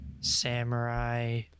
samurai